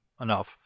enough